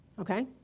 Okay